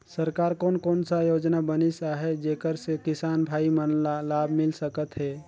सरकार कोन कोन सा योजना बनिस आहाय जेकर से किसान भाई मन ला लाभ मिल सकथ हे?